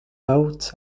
boat